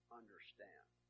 understand